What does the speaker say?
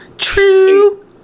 True